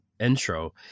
intro